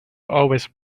always